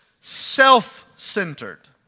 self-centered